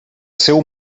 seu